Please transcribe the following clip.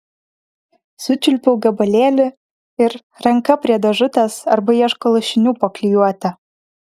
sučiulpiau gabalėlį ir ranka prie dėžutės arba ieško lašinių po klijuotę